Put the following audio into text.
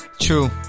True